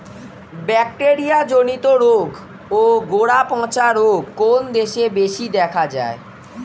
Bacteria জনিত রোগ ও গোড়া পচা রোগ কোন দেশে বেশি দেখা যায়?